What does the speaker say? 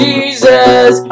Jesus